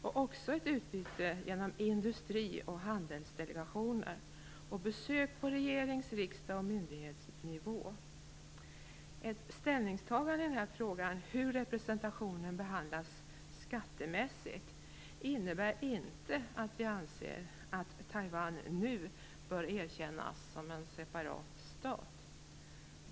Vi har även ett utbyte mellan industri och handelsdelegationer samt besök på regerings-, riksdags och myndighetsnivå. Ett ställningstagande i frågan hur representationen behandlas skattemässigt innebär inte att vi anser att Taiwan nu bör erkännas som en separat stat.